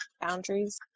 Boundaries